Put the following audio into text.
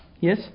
Yes